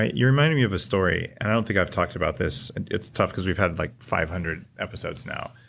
you reminded me of a story. i don't think i've talked about this. it's tough because we've had like five hundred episodes now.